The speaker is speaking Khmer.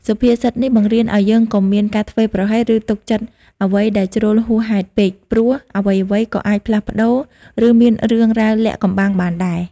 សុភាសិតនេះបង្រៀនឱ្យយើងកុំមានការធ្វេសប្រហែស ឬទុកចិត្តអ្វីមួយជ្រុលហួសហេតុពេក ព្រោះអ្វីៗក៏អាចផ្លាស់ប្ដូរ ឬមានរឿងរ៉ាវលាក់កំបាំងបានដែរ។